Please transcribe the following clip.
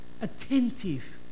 attentive